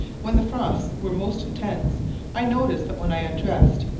when the frosts were most intense i noticed that when i undressed,